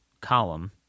column